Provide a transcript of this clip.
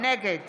נגד